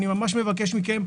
אני ממש מבקש מכם,